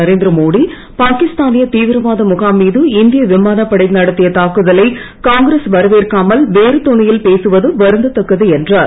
நரேந்திர மோடி பாகிஸ்தானிய தீவிரவாத முகாம் மீது இந்திய விமானப்படை நடத்திய தாக்குதலை காங்கிரஸ் வரவேற்காமல் வேறுதொனியில் பேசுவது வருந்தத்தக்கது என்றார்